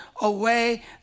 away